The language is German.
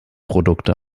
produkte